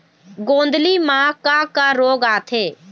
गोंदली म का का रोग आथे?